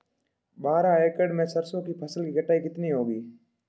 बारह एकड़ में सरसों की फसल की कटाई कितनी होगी?